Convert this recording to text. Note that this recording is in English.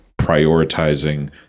prioritizing